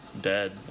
dead